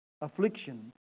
affliction